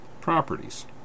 properties